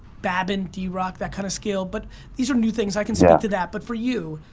babin, drock, that kind of scale. but these are new things, i can speak to that, but for you,